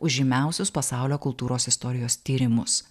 už žymiausius pasaulio kultūros istorijos tyrimus